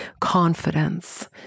confidence